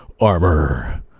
armor